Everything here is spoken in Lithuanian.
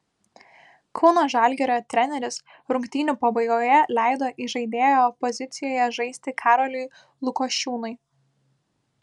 kauno žalgirio treneris rungtynių pabaigoje leido įžaidėjo pozicijoje žaisti karoliui lukošiūnui